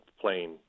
plane